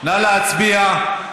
נא להצביע.